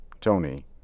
Tony